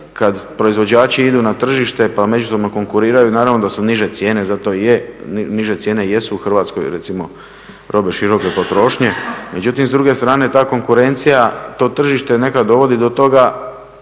kad proizvođači idu na tržište pa međusobno konkuriraju naravno da su niže cijene, niže cijene jesu u Hrvatskoj, recimo robe široke potrošnje. Međutim, s druge strane ta konkurencija, to tržište nekad dovodi do toga,